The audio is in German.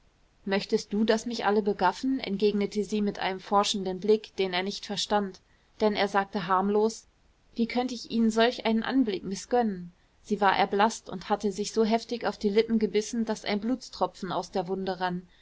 möchtest du daß sie mich alle begaffen entgegnete sie mit einem forschenden blick den er nicht verstand denn er sagte harmlos wie könnt ich ihnen solch einen anblick mißgönnen sie war erblaßt und hatte sich so heftig auf die lippen gebissen daß ein blutstropfen aus der wunde rann